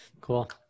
Cool